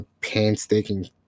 painstaking